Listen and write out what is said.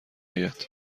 اید